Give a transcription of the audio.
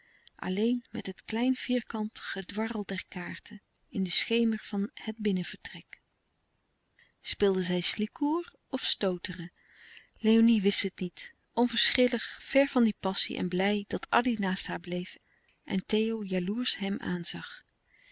alleen met het klein vierkant gedwarrel der kaarten in den schemer van het binnenvertrek speelden zij slikoer of stooteren léonie wist het niet onverschillig ver van die passie en blij dat addy naast haar bleef en theo jaloersch hem aanzag